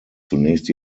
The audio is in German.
zunächst